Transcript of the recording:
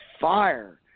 fire